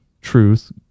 truth